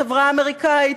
חברה אמריקנית,